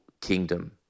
kingdom